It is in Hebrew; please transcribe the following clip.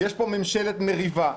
יש פה ממשלת מריבה,